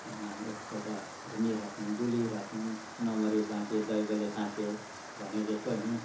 अँ एकपल्ट घुमी राखौँ डुली राखौँ नमरे बाचे दैबले साचे भने जस्तो नि